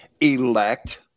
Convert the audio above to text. elect